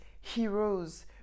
heroes